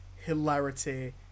hilarity